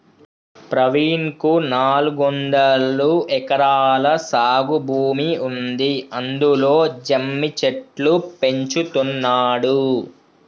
ప్రవీణ్ కు నాలుగొందలు ఎకరాల సాగు భూమి ఉంది అందులో జమ్మి చెట్లు పెంచుతున్నాడు